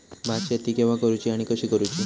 भात शेती केवा करूची आणि कशी करुची?